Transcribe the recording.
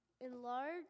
enlarge